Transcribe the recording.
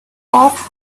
off